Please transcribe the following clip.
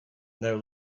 now